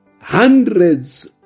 Hundreds